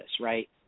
right